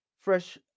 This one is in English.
fresh